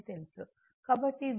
కాబట్టి V q C V Vm sin ω t